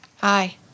Hi